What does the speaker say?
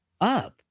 up